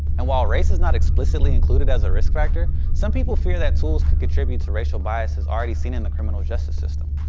and while race is not explicitly included as a risk factor, some people fear that tools could contribute to racial biases already seen in the criminal justice system.